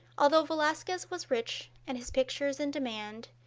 although velazquez was rich and his pictures in demand,